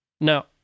Now